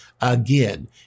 Again